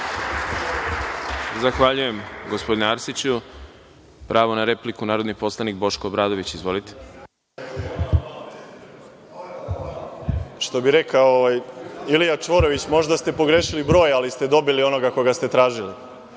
Zahvaljujem, gospodine Arsiću. Pravo na repliku, narodni poslanik Boško Obradović. Izvolite. **Boško Obradović** Što bi rekao Ilija Čvorović, možda ste pogrešili broj, ali ste dobili onoga koga ste tražili.